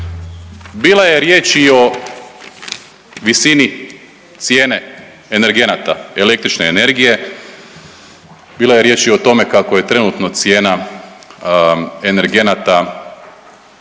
Bilo je riječi i o visini cijene energenata električne energije, bilo je riječi o tome kako je trenutno cijena energenata prije svega